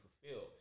fulfilled